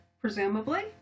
presumably